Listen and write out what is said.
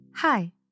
Hi